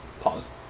Pause